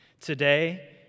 Today